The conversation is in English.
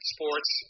Sports